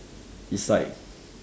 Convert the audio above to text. is like